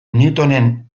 newtonen